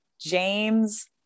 James